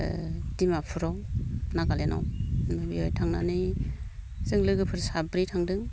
ओ डिमापुराव नागालेण्डआव बेयाव थांनानै जों लोगोफोर साब्रै थांदों